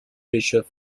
bishop